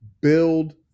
build